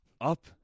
Up